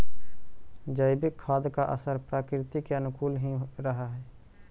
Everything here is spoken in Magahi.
जैविक खाद का असर प्रकृति के अनुकूल ही रहअ हई